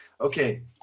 Okay